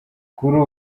kuri